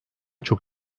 çok